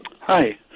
Hi